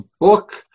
book